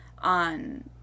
on